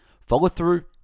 follow-through